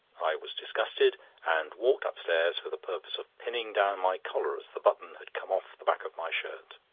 i was disgusted and walked upstairs for the purpose of pinning down my collar, as the button had come off the back of my shirt.